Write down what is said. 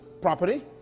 property